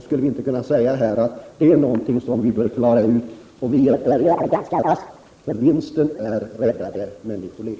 Skulle vi inte kunna säga att detta är någonting som vi bör klara ut och göra det ganska raskt? Vinsten är räddade människoliv.